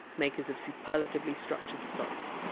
makers of superlatively structured socks.